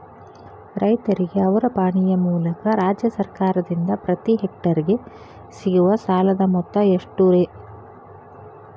ರೈತರಿಗೆ ಅವರ ಪಾಣಿಯ ಮೂಲಕ ರಾಜ್ಯ ಸರ್ಕಾರದಿಂದ ಪ್ರತಿ ಹೆಕ್ಟರ್ ಗೆ ಸಿಗುವ ಸಾಲದ ಮೊತ್ತ ಎಷ್ಟು ರೇ?